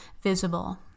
visible